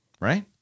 Right